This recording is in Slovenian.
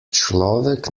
človek